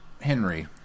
Henry